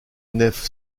nef